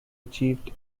achieved